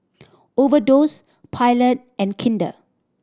Overdose Pilot and Kinder